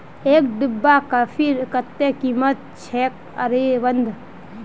एक डिब्बा कॉफीर कत्ते कीमत छेक अरविंद